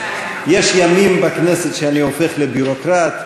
יש ימים בכנסת שאני הופך לביורוקרט,